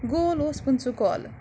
گول اوس پٕنٛژٕ کالہٕ